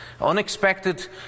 Unexpected